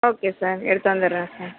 okay sir எடுத்து வந்துடுறேன் sir